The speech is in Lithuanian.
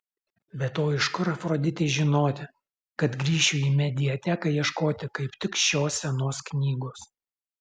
be to iš kur afroditei žinoti kad grįšiu į mediateką ieškoti kaip tik šios senos knygos